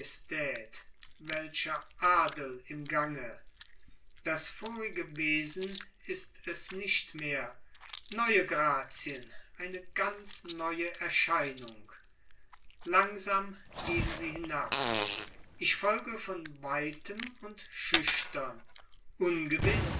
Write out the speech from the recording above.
welcher adel im gange das vorige wesen ist es nicht mehr neue grazien eine ganz neue erscheinung langsam gehen sie hinab ich folge von weitem und schüchtern ungewiß